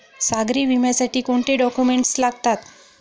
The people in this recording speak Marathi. सागरी विम्यासाठी कोणते डॉक्युमेंट्स लागतात?